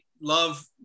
love